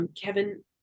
Kevin